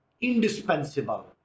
indispensable